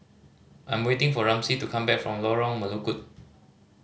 I'm waiting for Ramsey to come back from Lorong Melukut